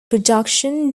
production